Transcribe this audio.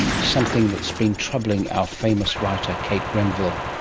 something that's been troubling our famous writer kate grenville.